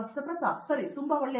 ಪ್ರತಾಪ್ ಹರಿದಾಸ್ ಸರಿ ತುಂಬಾ ಒಳ್ಳೆಯದು